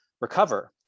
recover